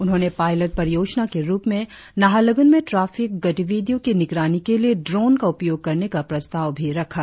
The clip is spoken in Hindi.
उन्होंने पायलट परियोजना के रुप में नाहरलगन में ट्राफिक गतिविधियों की निगरानी के लिए द्रोन का उपयोग करने का प्रस्ताव भी रखा